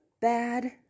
bad